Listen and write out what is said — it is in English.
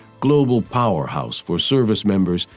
global powerhouse for service members,